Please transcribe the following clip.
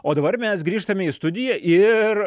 o dabar mes grįžtame į studiją ir